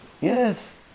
Yes